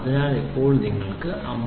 അതിനാൽ ഇപ്പോൾ നിങ്ങൾ 57